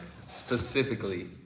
specifically